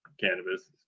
cannabis